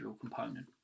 component